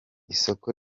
isoko